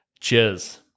cheers